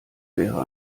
wäre